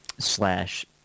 slash